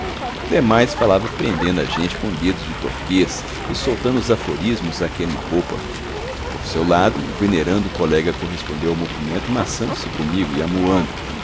demais falava prendendo a gente com dedos de torquês e soltando os aforismos a queima-roupa por seu lado o venerando colega correspondeu ao movimento massando se comigo e